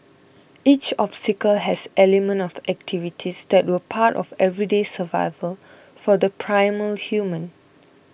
each obstacle has elements of activities that were part of everyday survival for the primal human